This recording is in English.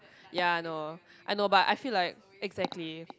ya I know I know but I feel like exactly